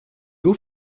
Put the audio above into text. haut